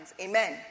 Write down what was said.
Amen